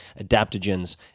adaptogens